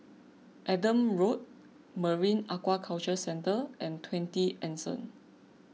Adam Road Marine Aquaculture Centre and twenty Anson